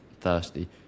thirsty